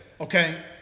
Okay